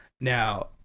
Now